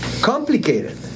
complicated